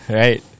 right